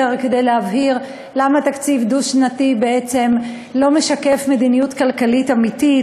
להבהיר למה תקציב דו-שנתי לא משקף מדיניות כלכלית אמיתית,